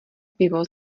pivo